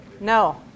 no